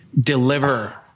deliver